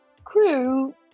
crew